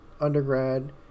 undergrad